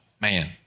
Man